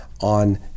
on